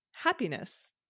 happiness